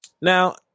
now